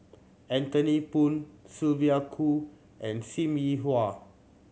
Anthony Poon Sylvia Kho and Sim Yi Hui